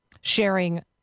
sharing